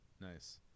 nice